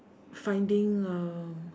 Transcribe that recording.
finding um